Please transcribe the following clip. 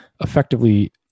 effectively